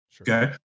Okay